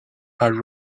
are